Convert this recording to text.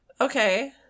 Okay